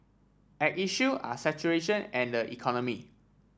at issue are saturation and the economy